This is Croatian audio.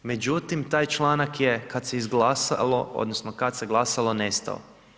Međutim, taj članak je kad se izglasalo, odnosno kada se glasalo nestao.